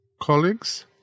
Colleagues